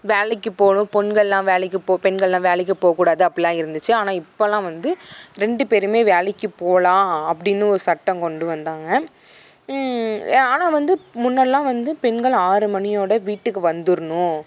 வேலைக்கு போகணும் பெண்கள்லாம் வேலைக்கு போக பெண்கள்லாம் வேலைக்கு போகக்கூடாது அப்பிடில்லாம் இருந்துச்சு ஆனால் இப்போல்லாம் வந்து ரெண்டு பேரும் வேலைக்கு போகலாம் அப்படின்னு ஒரு சட்டம் கொண்டு வந்தாங்க ஆனால் வந்து முன்னாடிலாம் வந்து பெண்கள் ஆறு மணியோடு வீட்டுக்கு வந்துடணும்